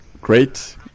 great